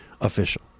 official